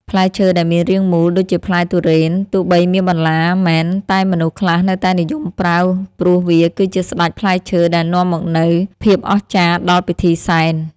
ផ្លែឈើដែលមានរាងមូលដូចជាផ្លែទុរេនទោះបីមានបន្លាមែនតែមនុស្សខ្លះនៅតែនិយមប្រើព្រោះវាគឺជាស្ដេចផ្លែឈើដែលនាំមកនូវភាពអស្ចារ្យដល់ពិធីសែន។